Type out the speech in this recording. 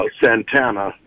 Santana